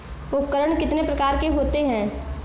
उपकरण कितने प्रकार के होते हैं?